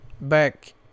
back